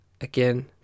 Again